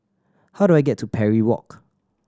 how do I get to Parry Walk